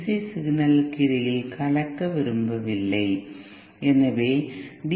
C சிக்னல்களுக்கு இடையில் கலக்க விரும்பவில்லை எனவே டி